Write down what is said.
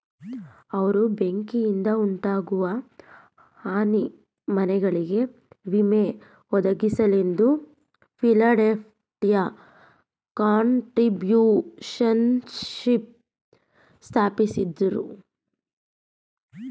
ಅವ್ರು ಬೆಂಕಿಯಿಂದಉಂಟಾಗುವ ಹಾನಿ ಮನೆಗಳಿಗೆ ವಿಮೆ ಒದಗಿಸಲೆಂದು ಫಿಲಡೆಲ್ಫಿಯ ಕಾಂಟ್ರಿಬ್ಯೂಶನ್ಶಿಪ್ ಸ್ಥಾಪಿಸಿದ್ರು